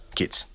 kids